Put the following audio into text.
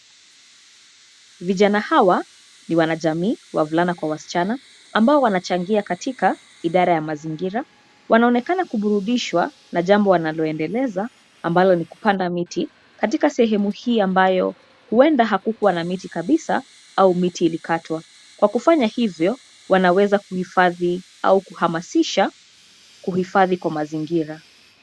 Vijana hawa ni wanajamii, wavulana kwa wasichana, ambao wanachangia katika idara ya mazingira. Wanaonekana kuburudishwa na jambo wanaloendeleza ambalo ni kupanda miti katika sehemu hii ambayo huenda hakukuwa na miti kabisa au miti ilikatwa. Kwa kufanya hivyo wanaweza kuhifadhi au kahamasisha kuhifadhi kwa mazingira.